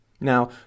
now